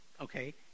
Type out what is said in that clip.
Okay